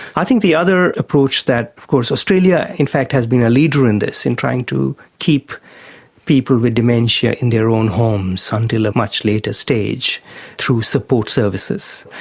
i think the other approach that, of course australia in fact has been a leader in this, in trying to keep people with dementia in their own homes until a much later stage through support services.